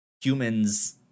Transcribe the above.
humans